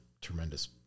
tremendous